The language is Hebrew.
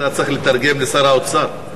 אתה צריך לתרגם לשר האוצר.